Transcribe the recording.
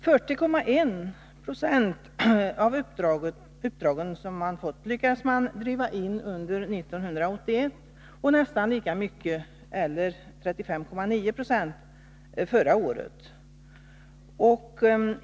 År 1981 lyckades man genomföra indrivning vid 40,1 76 av de uppdrag som man fått, och nästan lika många indrivningar, eller 35,9 90 av det totala antalet uppdrag, genomfördes förra året.